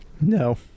No